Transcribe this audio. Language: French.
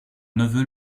neveu